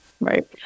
Right